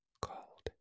called